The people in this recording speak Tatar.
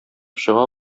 чыга